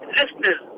listeners